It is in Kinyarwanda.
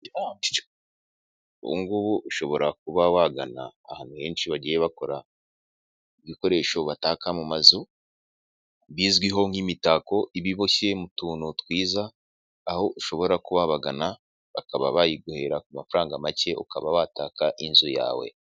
Ubu ngubu ushobora kuba wagana ahantu henshi bagiye bakora ibikoresho bataka mu mazu, bizwiho nk'imitako iba iboshye mu tuntu twiza, aho ushobora kuba wabagana, bakaba bayiguhera ku mafaranga make ukaba wataka inzu yawe.